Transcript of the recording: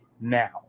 now